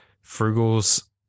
frugal's